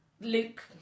Luke